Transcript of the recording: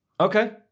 Okay